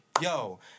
Yo